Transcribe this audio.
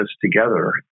together